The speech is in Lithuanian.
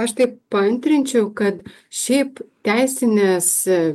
aš tai paantrinčiau kad šiaip teisinės